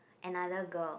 another girl